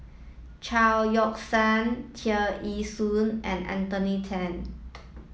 Chao Yoke San Tear Ee Soon and Anthony Then